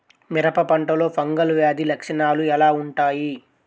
మిరప పంటలో ఫంగల్ వ్యాధి లక్షణాలు ఎలా వుంటాయి?